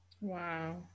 wow